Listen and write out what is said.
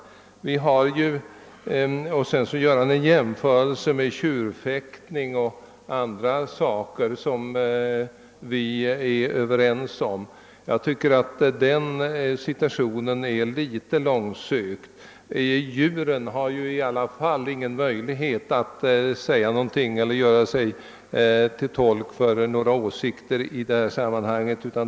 Sedan gör herr Martinsson också jämförelser med tjurfäktningar och andra saker, där vi är överens. Jag tycker att den jämförelsen är litet långsökt. Djuren har ju i alla fall ingen möjlighet att säga någonting eller göra sig till tolk för några åsikter i detta sammanhang.